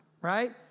Right